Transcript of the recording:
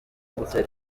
gutera